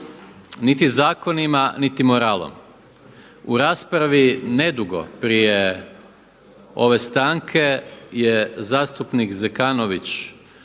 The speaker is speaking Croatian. niti zakonima niti moralom. U raspravi nedugo prije ove stanke je zastupnik Zekanović